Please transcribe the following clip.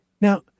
Now